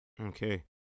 Okay